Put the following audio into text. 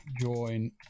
join